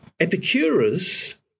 Epicurus